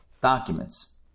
documents